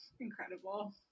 Incredible